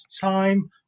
time